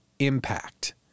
impact